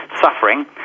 suffering